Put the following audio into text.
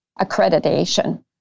accreditation